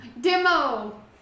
Demo